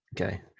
okay